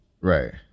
Right